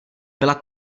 byla